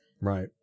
Right